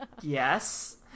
Yes